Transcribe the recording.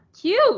cute